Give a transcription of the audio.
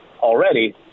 already